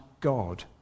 God